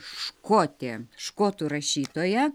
škotė škotų rašytoja